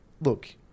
look